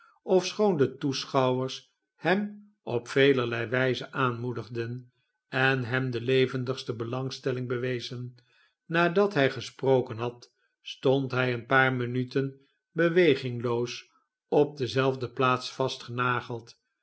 de toeschouwe s hem op velerlei wijzen aanmoedigden en hem de levendigste belangstelling bewezen nadat hij gesproken had stond hij een paar minuten bewegingloos op dezelfde plaats